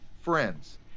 friends